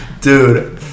dude